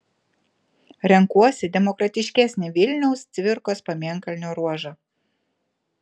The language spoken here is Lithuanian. renkuosi demokratiškesnį vilniaus cvirkos pamėnkalnio ruožą